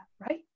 right